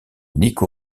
nico